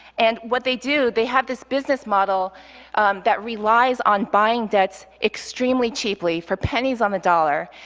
and what they do, they have this business model that relies on buying debts extremely cheaply, for pennies on the dollar,